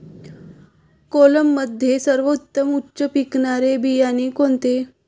कोलममध्ये सर्वोत्तम उच्च पिकणारे बियाणे कोणते?